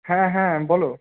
হ্যাঁ হ্যাঁ বলো